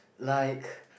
like